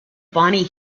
bonnie